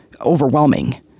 overwhelming